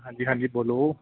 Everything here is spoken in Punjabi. ਹਾਂਜੀ ਹਾਂਜੀ ਬੋਲੋ